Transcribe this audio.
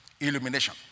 Illumination